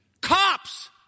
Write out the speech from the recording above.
Cops